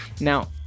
Now